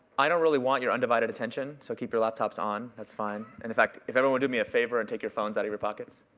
i don't really want your undivided attention. so keep your laptops on. that's fine. and in fact, if everyone do me a favor and take your phones out of your pockets.